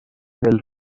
del